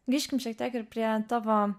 grįžkim šiek tiek ir prie tavo